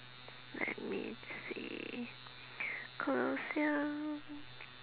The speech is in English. let me see colosseum